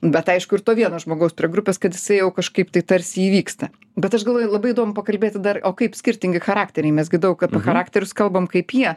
bet aišku ir to vieno žmogaus prie grupės kad jisai jau kažkaip tai tarsi įvyksta bet aš galvoju labai įdomu pakalbėti dar o kaip skirtingi charakteriai mes gi daug apie charakterius kalbam kaip jie